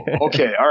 okay